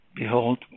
Behold